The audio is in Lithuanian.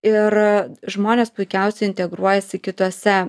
ir žmonės puikiausiai integruojasi kituose